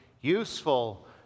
useful